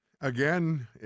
Again